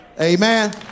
Amen